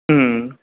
ம்